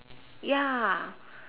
ya